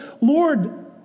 Lord